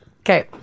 Okay